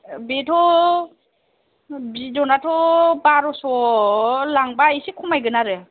बेथ' बिदनाथ' बार'स' लांबा एसे खमायगोन आरो